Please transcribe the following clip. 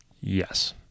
yes